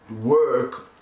work